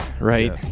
right